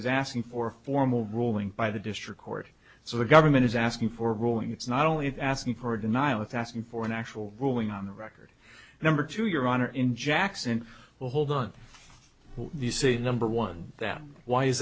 is asking for a formal ruling by the district court so the government is asking for growing it's not only asking for a denial it's asking for an actual ruling on the record number two your honor in jackson well hold on the city number one them why is